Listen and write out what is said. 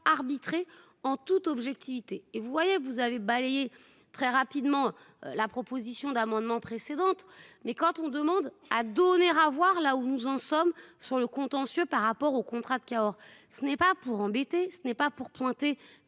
arbitrer en toute objectivité et vous voyez, vous avez balayé très rapidement la proposition d'amendement précédente mais quand on demande à donner à voir là où nous en sommes sur le contentieux par rapport au contrat de Cahors. Ce n'est pas pour embêter ce n'est pas pour pointer